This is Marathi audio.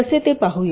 कसे ते पाहूया